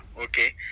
Okay